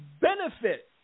benefit